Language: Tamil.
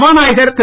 சபாநாயகர் திரு